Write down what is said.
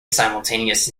simultaneous